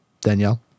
Danielle